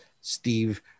Steve